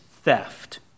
theft